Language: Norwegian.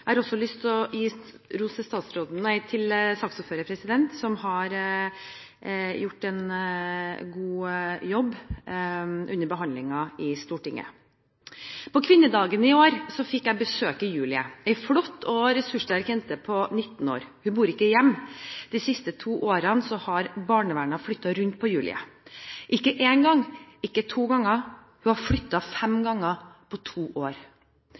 Jeg har også lyst til å gi ros til saksordføreren som har gjort en god jobb under behandlingen i Stortinget. På kvinnedagen i år fikk jeg besøke Julie, en flott og ressurssterk jente på 19 år. Hun bor ikke hjemme. De siste to årene har barnevernet flyttet rundt på Julie – ikke én gang, ikke to ganger, hun har flyttet fem ganger på to år.